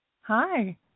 Hi